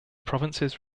provinces